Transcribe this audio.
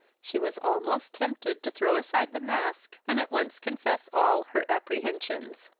she was almost tempted to throw aside the mask, and at once confess all her apprehensions.